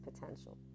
potential